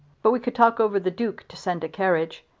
but we could talk over the duke to send a carriage.